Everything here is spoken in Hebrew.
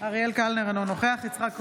אריאל קלנר, אינו נוכח יצחק קרויזר,